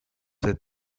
that